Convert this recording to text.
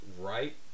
right